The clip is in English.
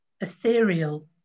ethereal